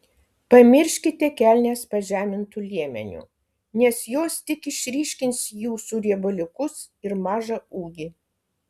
pamirškite kelnes pažemintu liemeniu nes jos tik išryškins jūsų riebaliukus ir mažą ūgį